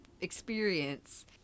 experience